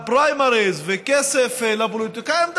לפריימריז וכסף לפוליטיקאים,